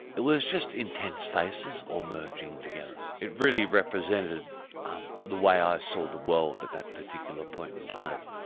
it was just intense faces all merging together. it really represented the way i saw the world at that particular point in time.